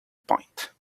point